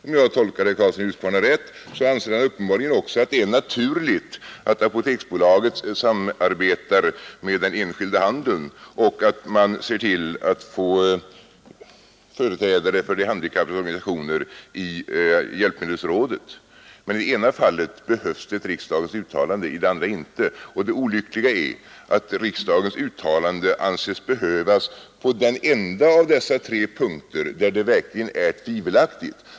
Om jag tolkade herr Karlsson i Huskvarna rätt, anser han uppenbarligen också att det är naturligt att Apoteksbolaget samarbetar med den enskilda handeln samt att man ser till att man får företrädare för de handikappades organisationer i hjälpmedelsrådet. I ena fallet behövs det ett riksdagens uttalande, i andra fallet inte. Och det olyckliga är att riksdagens uttalande anses behövas på den enda av dessa tre punkter, där det verkligen är tvivelaktigt.